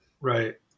Right